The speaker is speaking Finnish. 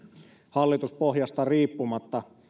hallituspohjasta riippumatta